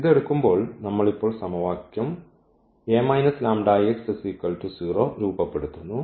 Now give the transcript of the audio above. ഇത് എടുക്കുമ്പോൾ നമ്മൾ ഇപ്പോൾ സമവാക്യം രൂപപ്പെടുത്തുന്നു